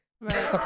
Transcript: Right